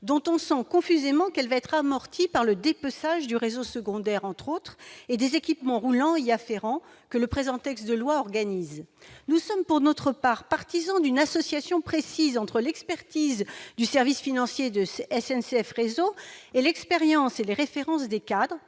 dont on sent confusément qu'elle va être amortie par le dépeçage du réseau secondaire- entre autres -et des équipements roulants y afférents que le présent texte de loi organise. Nous sommes, pour notre part, partisans d'une association précise entre l'expertise du service financier de SNCF Réseau et l'expérience et les références des cadres,